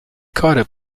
carter